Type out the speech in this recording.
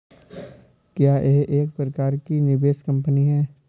क्या यह एक प्रकार की निवेश कंपनी है?